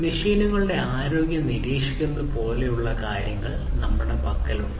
മെഷീനുകളുടെ ആരോഗ്യം നിരീക്ഷിക്കുന്നത് പോലുള്ള കാര്യങ്ങൾ നമ്മളുടെ പക്കലുണ്ട്